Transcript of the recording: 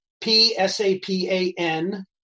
p-s-a-p-a-n